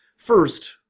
First